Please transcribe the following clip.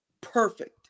perfect